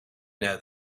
know